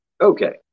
Okay